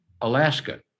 Alaska